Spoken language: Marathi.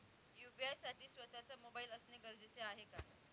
यू.पी.आय साठी स्वत:चा मोबाईल असणे गरजेचे आहे का?